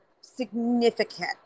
significant